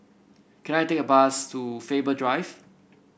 can I take a bus to Faber Drive